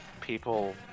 people